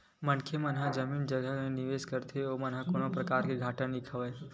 मनखे मन ह जमीन जघा म निवेस करथे ओमन ह कोनो परकार ले घाटा नइ खावय